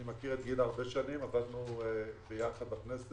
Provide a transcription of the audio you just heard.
אני מכיר את גילה הרבה שנים, עבדנו ביחד בכנסת.